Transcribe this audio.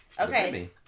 Okay